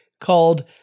called